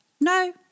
No